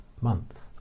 month